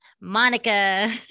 monica